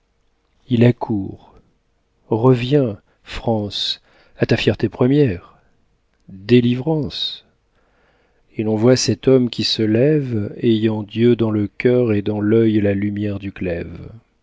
il accourt reviens france à ta fierté première délivrance et l'on voit cet homme qui se lève ayant dieu dans le cœur et dans l'œil la lumière du